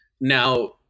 now